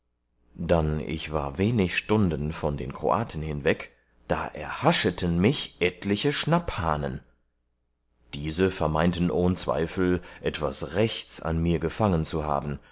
dann ich war wenig stunden von den kroaten hinweg da erhascheten mich etliche schnapphahnen diese vermeinten ohn zweifel etwas rechts an mir gefangen zu haben